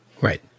Right